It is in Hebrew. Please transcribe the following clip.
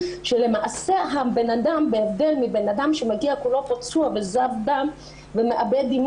שלמעשה הבן אדם בהבדל מבן אדם שמגיע כולו פצוע וזב דם ומאבד דם